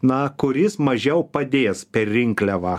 na kuris mažiau padės per rinkliavą